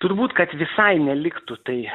turbūt kad visai neliktų tai